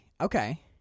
Okay